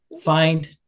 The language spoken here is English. find